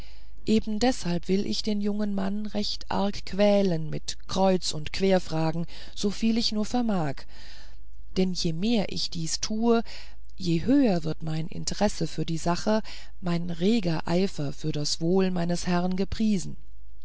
eben deshalb will ich den jungen mann recht arg quälen mit kreuz und querfragen soviel ich es nur vermag denn je mehr ich dies tue je höher wird meine interesse für die sache mein reger eifer für das wohl meines herrn gepriesen